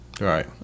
Right